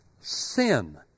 Sin